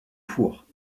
four